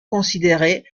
considérée